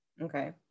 Okay